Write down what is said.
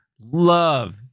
love